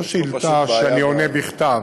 זו שאילתה שאני עונה בכתב.